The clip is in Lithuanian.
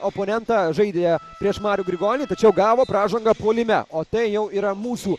oponentą žaidė prieš marių grigonį tačiau gavo pražangą puolime o tai jau yra mūsų